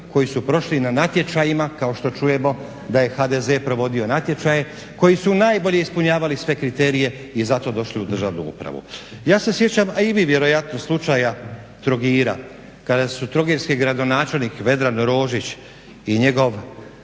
koji su prošli na natječajima kao što čujemo da je HDZ provodio natječaje koji su najbolje ispunjavali sve kriterije i zato došli u državnu upravu. Ja se sjećam, a vi vjerojatno slučaja Trogira kada su trogirski gradonačelnik Vedran Rožić i njegov